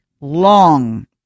long